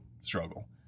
struggle